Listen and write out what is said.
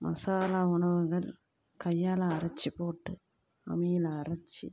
மசாலா உணவுகள் கையால் அரைச்சி போட்டு அம்மியில் அரைச்சி